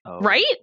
right